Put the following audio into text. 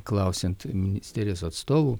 klausiant ministerijos atstovų